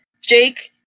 Jake